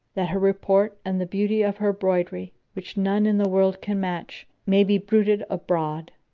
that her report and the beauty of her broidery, which none in the world can match, may be bruited abroad.